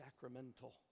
sacramental